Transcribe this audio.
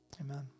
amen